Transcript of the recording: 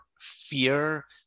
fear